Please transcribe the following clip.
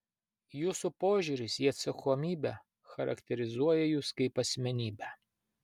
jūsų požiūris į atsakomybę charakterizuoja jus kaip asmenybę